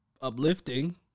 uplifting